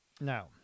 Now